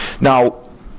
Now